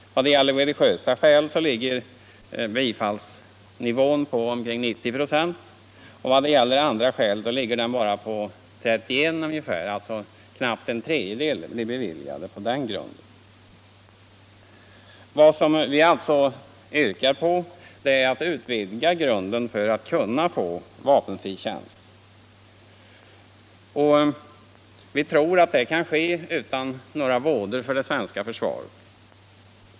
När det gäller religiösa skäl ligger bifallsnivån på omkring "v , men när det gäller andra skäl ligger den bara på ungefär 31 "+. Knappt en tredjedel av ansökningarna blir alltså beviljade på den grunden. Vi yrkar att man skall utvidga grunden för att kunna få vapenfri tjänst, och vi tror att det kan ske utan några vådor för det svenska försvaret.